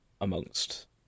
amongst